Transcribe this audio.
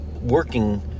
working